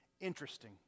interesting